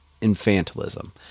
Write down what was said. infantilism